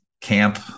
camp